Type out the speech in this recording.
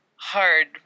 hard